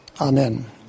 Amen